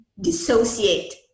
dissociate